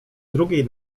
drugiej